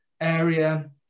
area